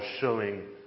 showing